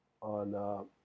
on